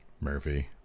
Murphy